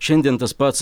šiandien tas pats